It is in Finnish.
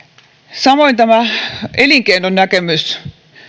samoin tämä elinkeinonäkemys